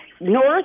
north